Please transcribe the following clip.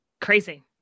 Crazy